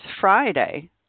Friday